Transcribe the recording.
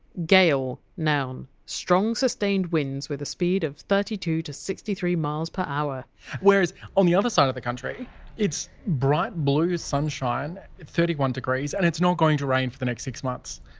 gale, noun strong sustained winds with a speed of thirty two sixty three miles per hour whereas on the other side of the country it's bright blue sunshine, thirty one degrees and it's not going to rain for the next six months.